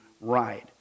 ride